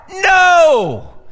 No